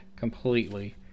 Completely